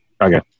Okay